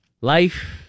Life